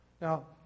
Now